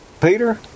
Peter